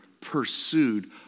pursued